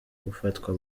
gufatwa